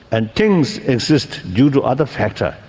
and things exist due to other factors.